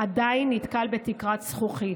עדיין נתקל בתקרת זכוכית.